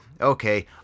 Okay